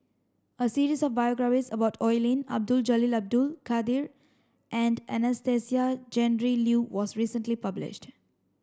a series of biographies about Oi Lin Abdul Jalil Abdul Kadir and Anastasia Tjendri Liew was recently published